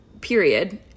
period